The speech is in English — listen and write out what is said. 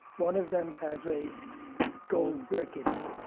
one of them has a gold brick in it,